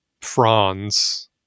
fronds